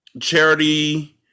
Charity